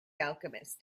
alchemist